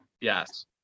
Yes